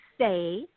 say –